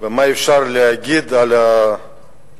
ומה אפשר להגיד על התקציב.